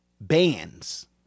Bands